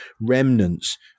remnants